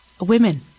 women